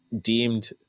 deemed